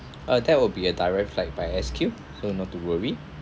uh that will be a direct flight by S_Q so not to worry